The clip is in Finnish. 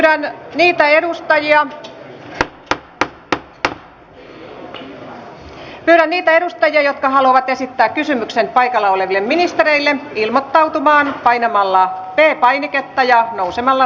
pyydän niitä edustajia jotka haluavat esittää kysymyksen ministerille ilmoittautumaan painamalla p painiketta ja nousemalla seisomaan